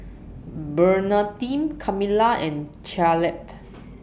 Bernardine Kamilah and Caleb